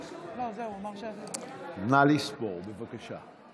נא לספור, בבקשה.